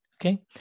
okay